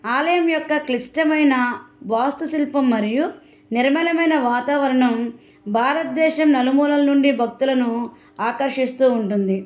ఆలయం యొక్క క్లిష్టమైన వాస్తుశిల్పం మరియు నిర్మలమైన వాతావరణం భారతదేశం నలుమూలల నుండి భక్తులను ఆకర్షిస్తూ ఉంటుంది